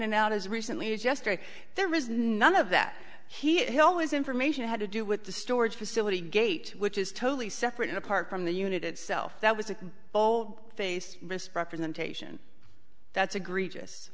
and out as recently as yesterday there was none of that he always information had to do with the storage facility gate which is totally separate and apart from the unit itself that was a zero face misrepresentation that's agree jus